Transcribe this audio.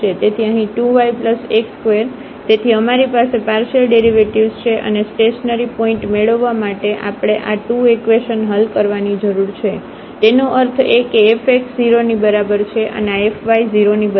તેથી અહીં 2 y x2 તેથી અમારી પાસે પાર્શિયલડેરિવેટિવ્ઝ છે અને સ્ટેશનરીપોઇન્ટ મેળવવા માટે તેથી આપણે આ 2 ઇકવેશન હલ કરવાની જરૂર છે તેનો અર્થ એ કે fx 0 ની બરાબર છે અને આ fy 0 ની બરાબર છે